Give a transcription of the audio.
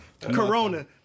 Corona